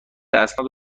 اسناد